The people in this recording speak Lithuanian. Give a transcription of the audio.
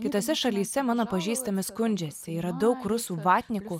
kitose šalyse mano pažįstami skundžiasi yra daug rusų vatnikų